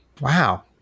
Wow